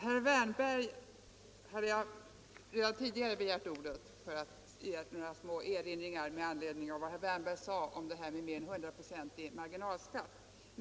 Jag hade redan tidigare begärt ordet för att framföra några små erinringar med anledning av det herr Wärnberg sade om detta med mer än 100-procentig marginalskatt.